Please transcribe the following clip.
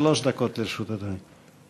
שלוש דקות לרשות אדוני.